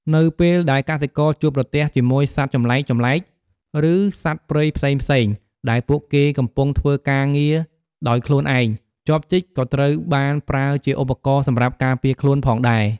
នៅពេលដែលកសិករជួបប្រទះជាមួយសត្វចម្លែកៗ ឬសត្វព្រៃផ្សេងៗដែលពួកគេកំពុងធ្វើការងារដោយខ្លួនឯង ចបជីកក៏ត្រូវបានប្រើជាឧបករណ៍សម្រាប់ការពារខ្លួនផងដែរ។